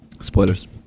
Spoilers